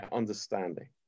understanding